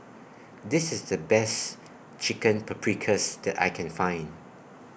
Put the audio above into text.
This IS The Best Chicken Paprikas that I Can Find